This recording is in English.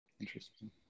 Interesting